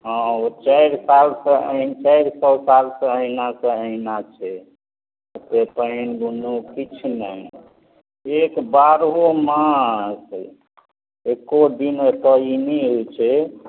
हँ ओ चारि सालसँ अहि चारि सओ सालसँ अहिनाके अहिना छै ओते पानि बुनी किछु नहि एक बारहो मास एको दिन एतऽ ई नहि होइ छै